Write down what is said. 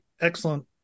excellent